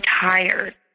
tired